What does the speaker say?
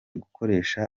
gukoresha